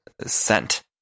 scent